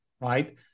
right